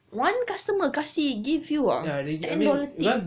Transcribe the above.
one customer kasih give you ah ten dollar tip